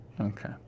Okay